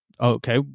Okay